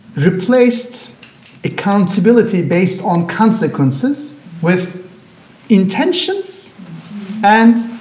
replaced accountability based on consequences with intentions and